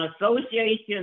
Association